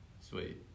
sweet